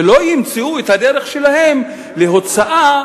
ולא ימצאו את הדרך שלהם בהוצאה,